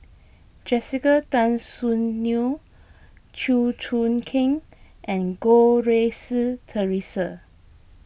Jessica Tan Soon Neo Chew Choo Keng and Goh Rui Si theresa